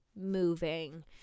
moving